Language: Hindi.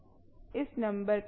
इस नंबर का उपयोग करें